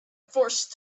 forced